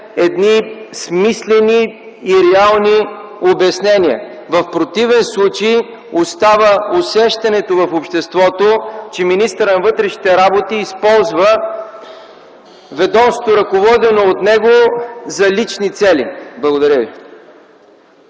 чуем смислени и реални обяснения. В противен случай остава усещането в обществото, че министърът на вътрешните работи използва ведомството, ръководено от него, за лични цели. Благодаря ви.